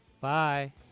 Bye